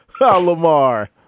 Lamar